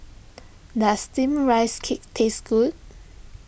does Steamed Rice Cake taste good